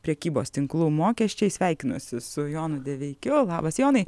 prekybos tinklų mokesčiai sveikinuosi su jonu deveikiu labas jonai